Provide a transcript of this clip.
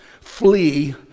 Flee